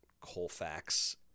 Colfax